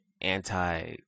anti-